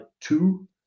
two